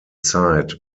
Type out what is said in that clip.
zeit